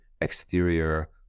exterior